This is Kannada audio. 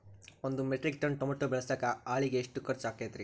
ಒಂದು ಮೆಟ್ರಿಕ್ ಟನ್ ಟಮಾಟೋ ಬೆಳಸಾಕ್ ಆಳಿಗೆ ಎಷ್ಟು ಖರ್ಚ್ ಆಕ್ಕೇತ್ರಿ?